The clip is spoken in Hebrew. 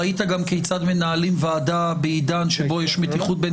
ראית גם כיצד מנהלים ועדה בעידן שבו יש מתיחות בין